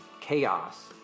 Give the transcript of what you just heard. chaos